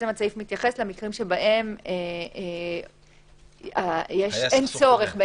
הסעיף מתייחס למקרים שבהם אין צורך.